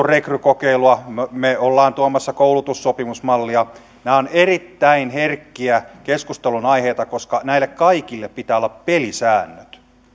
rekrykokeilua me olemme tuomassa koulutussopimusmallia niin nämä ovat erittäin herkkiä keskustelunaiheita koska näille kaikille pitää olla pelisäännöt